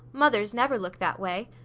mother's never look that way.